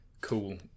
cool